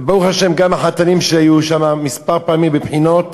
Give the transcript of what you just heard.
וברוך השם גם החתנים שלי היו שם כמה פעמים בבחינות.